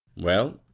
well,